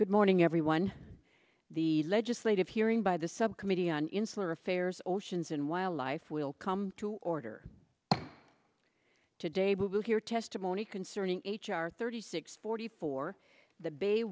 good morning everyone the legislative hearing by the subcommittee on insular affairs oceans and wildlife will come to order today will hear testimony concerning h r thirty six forty four the bay